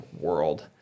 world